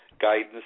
guidance